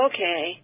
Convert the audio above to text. Okay